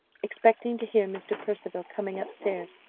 expecting to hear mr. percival coming up stairs,